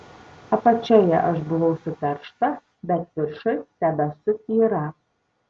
apačioje aš buvau suteršta bet viršuj tebesu tyra